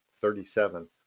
thirty-seven